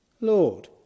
Lord